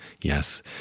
yes